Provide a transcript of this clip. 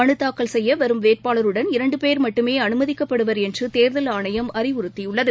மலுதாக்கல் செய்ய வரும் வேட்பாளருடன் இரன்டுபேர் மட்டுமே அனுமதிக்கப்படுவர் என்று தேர்தல் ஆணையம் அறிவறுத்தியுள்ளது